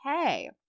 okay